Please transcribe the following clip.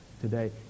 today